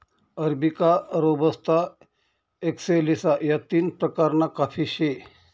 arabica, robusta, excelsa या तीन प्रकारना काफी से